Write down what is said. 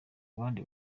abandi